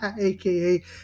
AKA